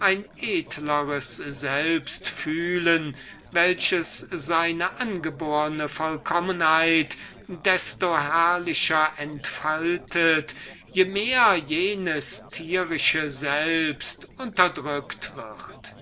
ein edleres selbst tragen welches seine angeborne vollkommenheit desto herrlicher entfaltet je mehr jenes animalische selbst unterdrückt wird